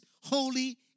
holy